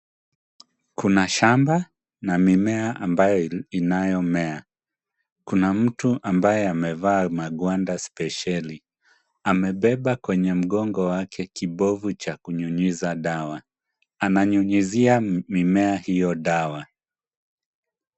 Kuna shamba na mimea ambayo inayo mea. Kuna mtu ambaye amevaa magwanda spesheli amebeba kwenye mgongo wake kibovu cha kunyunyiza dawa. Ananyunyizia mimea hiyo dawa.